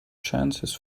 chances